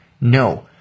no